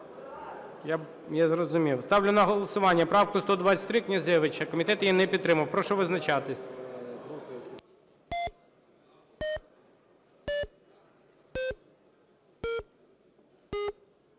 Я зрозумів. Ставлю на голосування правку 123, Князевича, комітет її не підтримав. Прошу визначатись.